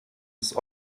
ist